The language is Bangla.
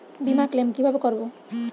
বিমা ক্লেম কিভাবে করব?